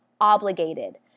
obligated